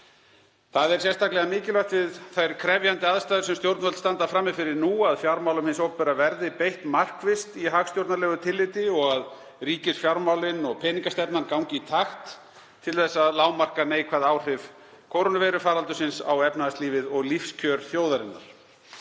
Það er sérstaklega mikilvægt við þær krefjandi aðstæður sem stjórnvöld standa frammi fyrir nú, að fjármálum hins opinbera verði beitt markvisst í hagstjórnarlegu tilliti og að ríkisfjármálin og peningastefnan gangi í takt til þess að lágmarka neikvæð áhrif kórónuveirufaraldursins á efnahagslífið og lífskjör þjóðarinnar.